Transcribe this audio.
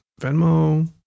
venmo